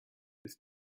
ist